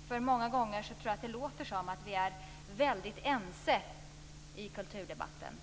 eftersom jag tror att det många gånger låter som om vi är väldigt ense i kulturdebatten.